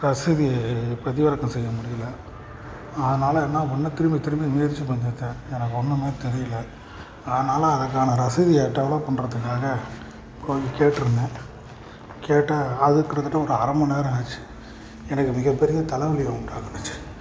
ரசீது பதிவிறக்கம் செய்ய முடியலை அதனாலே என்ன பண்ணேன் திரும்ப திரும்ப முயற்சி பண்ணியிருக்கேன் எனக்கு ஒன்றுமே தெரியலை அதனாலே அதுக்கான ரசீதைய டெவலப் பண்ணுறதுக்காக கொஞ் கேட்டிருந்தேன் கேட்டால் அது கிட்டத்தட்ட ஒரு அரை மணிநேரம் ஆச்சு எனக்கு மிகப்பெரிய தலைவலியை உண்டாக்குனுச்சு